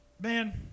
man